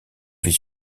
vit